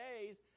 days